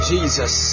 Jesus